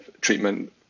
treatment